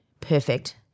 perfect